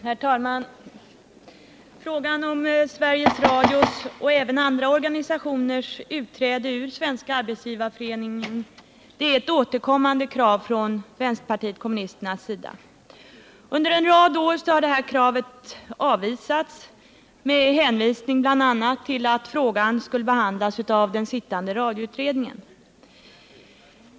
Herr talman! Frågan om Sveriges Radios och även andra organisationers utträde ur Svenska arbetsgivareföreningen är ett återkommande krav från vänsterpartiet kommunisternas sida. Under en rad år har kravet avvisats med hänvisning bl.a. till att frågan skulle behandlas av den sittande radioutredningen.